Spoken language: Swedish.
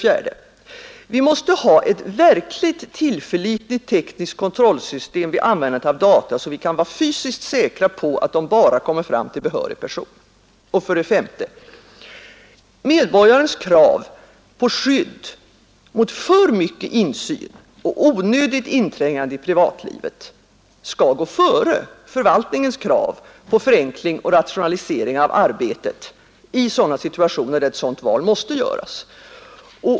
4, Vi mäste ha ett verkligt tillförlitligt tekniskt kontrollsystem vid användandet av data, så att vi kan vara fysiskt säkra på att de bara kommer fram till behörig person. 5. Medborgarens krav på skydd mot för mycket insyn och onödigt inträngande i privatlivet skall gå före förvaltningens krav på förenkling och rationalisering av arbetet i sådana situationer, där ett sådant val måste göras.